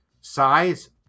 size